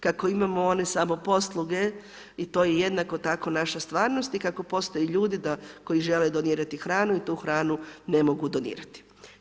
Kako imamo one samoposluge i to je jednako tako naša stvarnost i kako postoje ljudi koji žele donirati hranu i tu hranu ne mogu donirati.